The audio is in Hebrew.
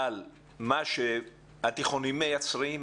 על מה שהתיכונים מייצרים,